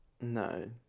no